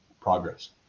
progress